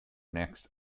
next